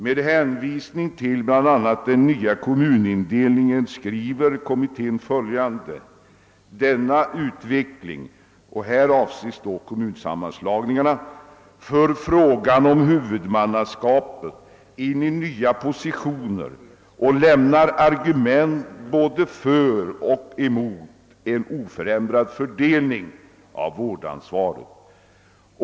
Med hänvisning bl.a. till den nya kommunindelningen skriver kommittén: »Denna utveckling för frågan om huvudmannaskapet in i nya positioner och lämnar argument både för och emot en oförändrad fördelning av vårdansvaret.